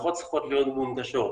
צריכות להיות מונגשות.